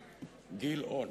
גילאון.